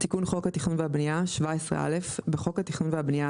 תיקון חוק התכנון והבניה 17א. בחוק התכנון והבניה,